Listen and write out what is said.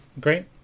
great